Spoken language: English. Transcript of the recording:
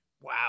wow